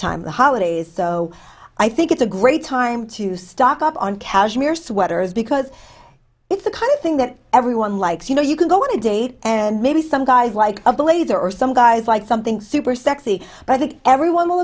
time the holidays so i think it's a great time to stock up on cashmere sweaters because it's the kind of thing that everyone likes you know you can go on a date and maybe some guys like of the laser or some guys like something super sexy but i think everyone will